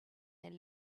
their